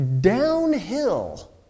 downhill